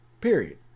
period